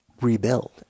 rebuild